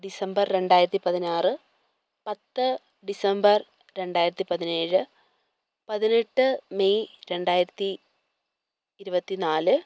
December രണ്ടായിരത്തിപതിനാറ് പത്ത് December രണ്ടായിരത്തി പതിനേഴ് പതിനെട്ട് മെയ് രണ്ടായിരത്തി ഇരുപത്തി നാല്